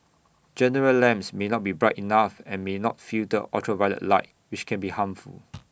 general lamps may not be bright enough and may not filter ultraviolet light which can be harmful